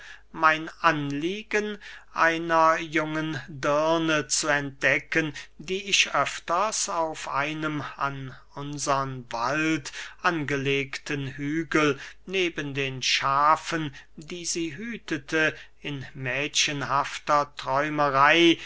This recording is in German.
mein anliegen einer jungen dirne zu entdecken die ich öfters auf einem an unsern wald angelehnten hügel neben den schafen die sie hütete in mädchenhafter träumerey